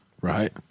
Right